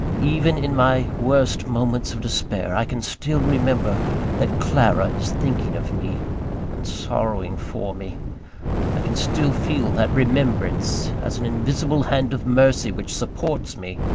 even in my worst moments of despair, i can still remember that clara is thinking of me and sorrowing for me i can still feel that remembrance, as an invisible hand of mercy which supports me,